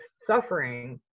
suffering